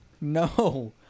No